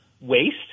waste